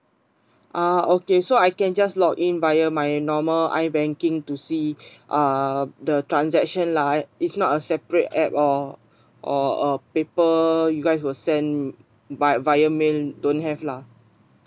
ah okay so I can just log in via my normal I banking to see uh the transaction lah it's not a separate app or or a paper you guys will sent via via mail don't have lah